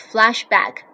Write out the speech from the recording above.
Flashback